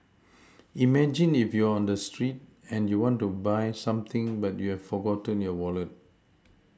imagine if you're on the street and you want to buy something but you've forgotten your Wallet